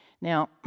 now